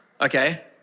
Okay